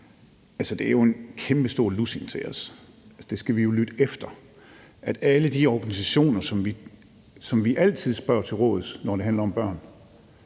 det er jo en kæmpestor lussing til os. Der skal vi jo lytte efter, når alle de organisationer, som vi altid spørger til råds, når det handler om børn,